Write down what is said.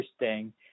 interesting